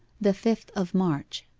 the fifth of march